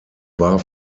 war